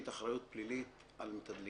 אני מתנגד להשית אחריות פלילית על מתדלקים,